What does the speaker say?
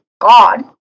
god